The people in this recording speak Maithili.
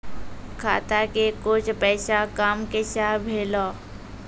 खाता के कुछ पैसा काम कैसा भेलौ?